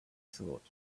thought